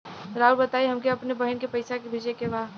राउर बताई हमके अपने बहिन के पैसा भेजे के बा?